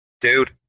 Dude